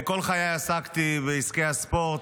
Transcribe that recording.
כל חיי עסקתי בעסקי הספורט,